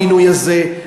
המינוי הזה.